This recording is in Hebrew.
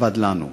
אבד לנו.